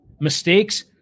Mistakes